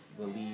believe